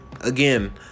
again